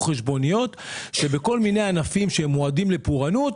חשבוניות שבכל מיני ענפים שהם מועדים לפורענות,